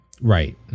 right